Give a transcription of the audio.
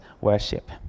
worship